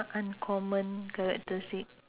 uncommon characteristic